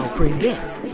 presents